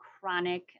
chronic